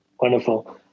Wonderful